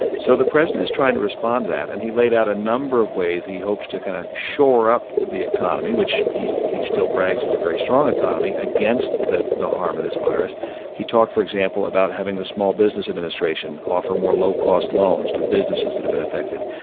so the president is trying to respond to that, and he laid out a number of ways he hopes to kind of shore up the economy, which he he still brags is a very strong economy, against the the harm of this virus he talked, for example, about having the small business administration offer more low-cost loans to businesses that have been affected.